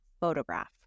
photograph